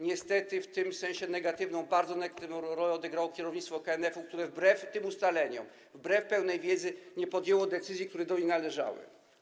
Niestety w tym sensie negatywną, bardzo negatywną rolę odegrało kierownictwo KNF-u, które wbrew ustaleniom, wbrew pełnej wiedzy nie podjęło decyzji, które do niego należały.